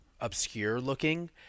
obscure-looking